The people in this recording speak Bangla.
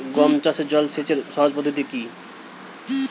গম চাষে জল সেচের সহজ পদ্ধতি কি?